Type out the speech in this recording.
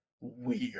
weird